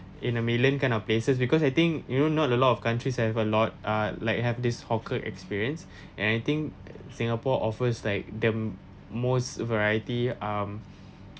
in a million kind of places because I think you know not a lot of countries have a lot ah like have this hawker experience and I think singapore offers like the most variety um